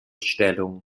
stellung